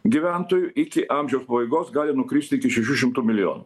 gyventojų iki amžiaus pabaigos gali nukristi iki šešių šimtų milijonų